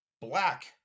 black